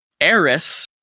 Eris